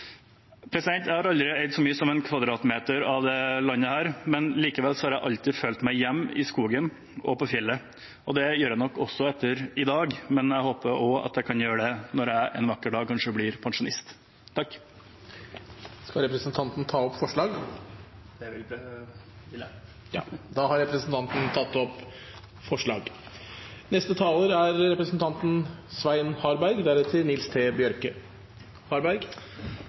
Jeg har aldri eid så mye som en kvadratmeter av dette landet, men likevel har jeg alltid følt meg hjemme i skogen og på fjellet. Det gjør jeg nok også etter i dag, men jeg håper også at jeg kan gjøre det når jeg en vakker dag kanskje blir pensjonist. Skal representanten ta opp forslag? Ja, jeg tar opp forslaget fra Arbeiderpartiet og SV. Da har representanten Kristian Torve tatt opp